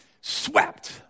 swept